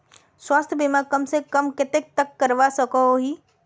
स्वास्थ्य बीमा कम से कम कतेक तक करवा सकोहो ही?